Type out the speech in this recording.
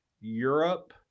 Europe